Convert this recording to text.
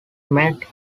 made